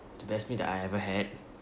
the best meal that I ever had